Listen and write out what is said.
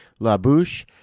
LaBouche